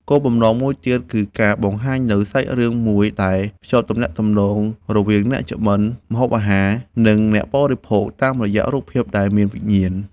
គោលបំណងមួយទៀត គឺការបង្កើតនូវសាច់រឿងមួយដែលភ្ជាប់ទំនាក់ទំនងរវាងអ្នកចម្អិន ម្ហូបអាហារ និងអ្នកបរិភោគតាមរយៈរូបភាពដែលមានវិញ្ញាណ។